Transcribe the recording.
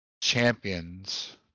champions